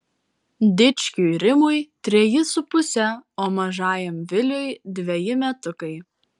dičkiui rimui treji su puse o mažajam viliui dveji metukai